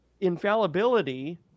infallibility